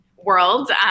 World